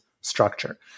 structure